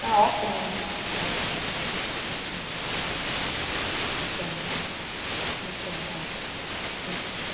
ஆ ஓகேங்க கால் பண்ணிவிட்டு வாங்க ம் ம் ஓகே ஓகேங்க மேம் ஓகேங்க தேங்க் யூ ம்